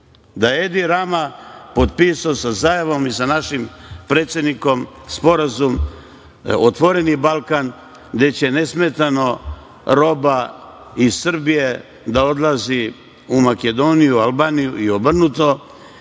Da Edi Rama potpisao sa Zajevom i sa našim predsednikom Sporazum „otvoreni Balkan“ gde će nesmetano roba iz Srbije da odlazi u Makedoniju, Albaniju i obrnuto